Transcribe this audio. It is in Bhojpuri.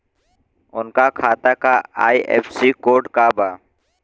उनका खाता का आई.एफ.एस.सी कोड का बा?